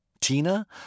Tina